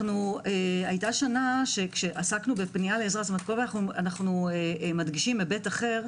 היתה שנה בכל שנה אנו מדגישים היבט אחר.